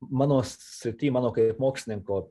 mano srity mano kaip mokslininko